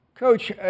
Coach